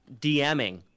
DMing